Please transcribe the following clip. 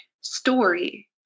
story